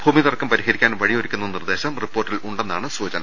ഭൂമി തർക്കം പരിഹരിക്കാൻ വഴിയൊരുക്കുന്ന നിർദേശം റിപ്പോർട്ടിൽ ഉണ്ടെന്നാണ് സൂചന